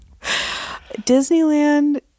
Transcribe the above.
Disneyland